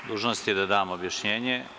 Dužnost je da dam objašnjenje.